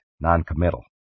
noncommittal